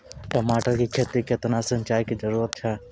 टमाटर की खेती मे कितने सिंचाई की जरूरत हैं?